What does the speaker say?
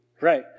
Right